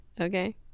okay